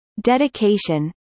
dedication